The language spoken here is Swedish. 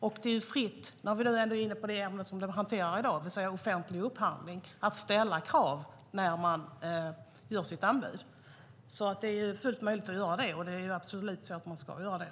Och det är fritt - när vi nu är inne på det ämne som vi hanterar i dag, det vill säga offentlig upphandling - att ställa krav när man tar in anbud. Det är alltså fullt möjligt att göra det, och jag anser att man absolut ska göra det.